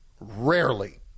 rarely